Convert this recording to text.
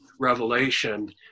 revelation